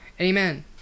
Amen